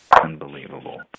unbelievable